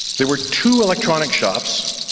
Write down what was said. there were two electronic shops,